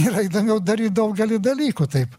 yra įdomiau daryt daugelį dalykų taip